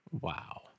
Wow